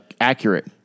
accurate